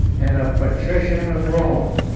and of patrician of rome.